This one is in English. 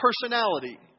personality